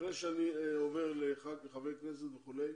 לפני שאני עובר לאחד מחברי הכנסת וכו',